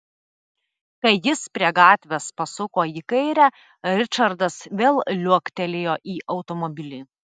kai jis prie gatvės pasuko į kairę ričardas vėl liuoktelėjo į automobilį